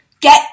Get